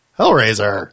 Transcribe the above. Hellraiser